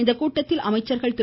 இக்கூட்டத்தில் அமைச்சர்கள் திரு